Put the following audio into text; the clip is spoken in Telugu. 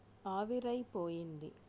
ఆవిరైపోయింది